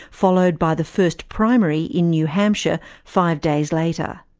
followed by the first primary in new hampshire five days later.